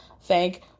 Thank